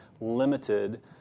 limited